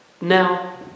Now